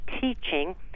teaching